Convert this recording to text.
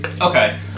Okay